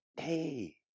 Hey